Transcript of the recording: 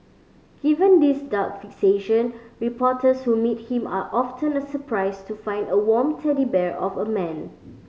given these dark fixation reporters who meet him are often surprised to find a warm teddy bear of a man